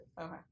Okay